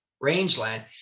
rangeland